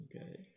okay